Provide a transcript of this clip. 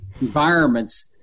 environments